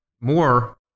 more